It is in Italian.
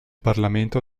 parlamento